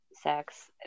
sex